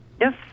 Yes